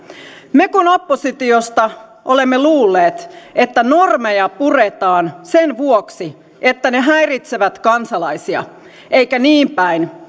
me kun oppositiosta olemme luulleet että normeja puretaan sen vuoksi että ne häiritsevät kansalaisia eikä niin päin